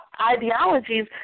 ideologies